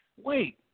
Wait